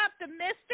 optimistic